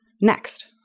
next